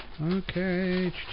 Okay